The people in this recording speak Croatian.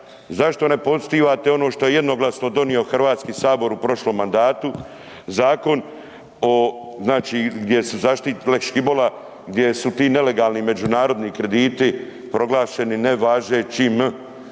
zašto ne poštivate ono što je jednoglasno donio Hrvatski sabor u prošlom mandatu, zakon o znači gdje su, lex Škibola, gdje su ti nelegalni međunarodni krediti proglašeni nevažećim.